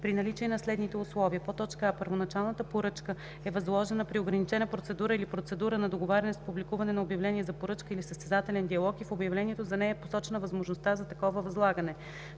при наличие на следните условия: а) първоначалната поръчка е възложена при ограничена процедура или процедура на договаряне с публикуване на обявление за поръчка, или състезателен диалог и в обявлението за нея е посочена възможността за такова възлагане;